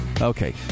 Okay